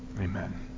Amen